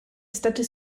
statu